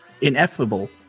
ineffable